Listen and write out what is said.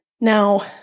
Now